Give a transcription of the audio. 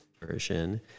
version